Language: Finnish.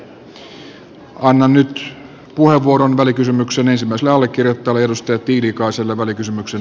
annan nyt puheenvuoron välikysymyksen ensimmäiselle allekirjoittajalle kimmo tiilikaiselle välikysymyksen